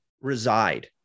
reside